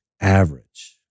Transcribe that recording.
average